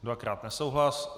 Dvakrát nesouhlas.